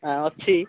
ଅଛି